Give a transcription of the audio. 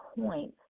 point